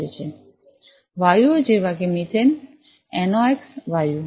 વાયુઓ જેવા કે મિથેન એનઑકસ વાયુઓ